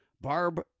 Barb